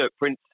Prince